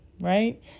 right